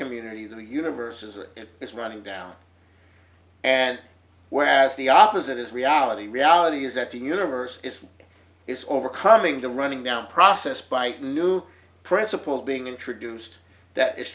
community the universe as it is it's running down and whereas the opposite is reality reality is that the universe is overcoming the running down process by new principles being introduced that is